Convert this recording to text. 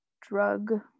drug